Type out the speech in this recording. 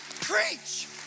preach